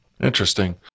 interesting